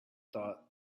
thought